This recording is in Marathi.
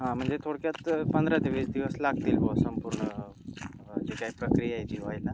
हां म्हणजे थोडक्यात पंधरा ते वीस दिवस लागतील व संपूर्ण जी काय प्रक्रिया आहे ती व्हायला